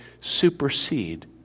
supersede